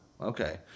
Okay